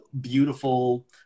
beautiful